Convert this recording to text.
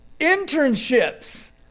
internships